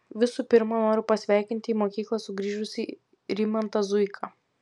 visų pirma noriu pasveikinti į mokyklą sugrįžusį rimantą zuiką